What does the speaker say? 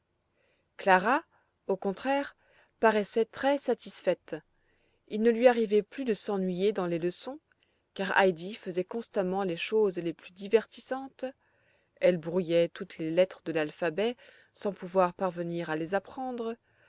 clara au contraire paraissait très satisfaite il ne lui arrivait plus de s'ennuyer dans les leçons car heidi faisait constamment les choses les plus divertissantes elle brouillait toutes les lettres de l'alphabet sans pouvoir parvenir à les apprendre